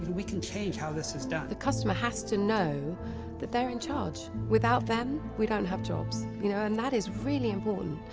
we can change how this is done. the customer has to know that they're in charge. without them, we don't have jobs. you know and that is really important.